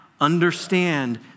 understand